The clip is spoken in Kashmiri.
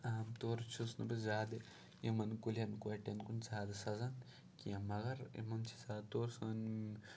عام طور چھُس نہٕ بہٕ زیادٕ یِمَن کُلٮ۪ن کوٹٮ۪ن کُن زیادٕ سَزَن کینٛہہ مگر یِمَن چھِ زیادٕ طور سٲنۍ